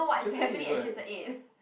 chapter eight is what eh